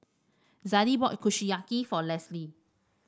Zadie bought Kushiyaki for Lesley